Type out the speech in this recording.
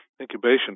Incubation